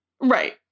right